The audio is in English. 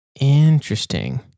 Interesting